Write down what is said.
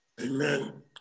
Amen